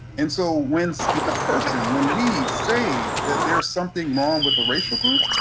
and so when so a person, when we, say that there's something wrong with a racial group,